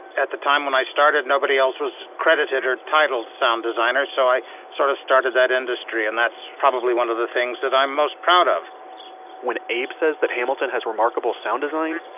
at the time when i started, nobody else was credited or titled sound designer, so i sort of started that industry. and that's probably one of the things that i'm most proud of when abe says that hamilton has remarkable sound design,